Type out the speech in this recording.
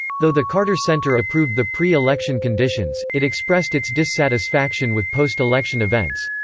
though the carter center approved the pre-election conditions, it expressed its dissatisfaction with post-election events.